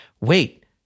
wait